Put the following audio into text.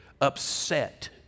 upset